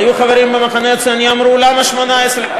היו חברים במחנה הציוני שאמרו: למה 18?